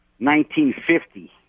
1950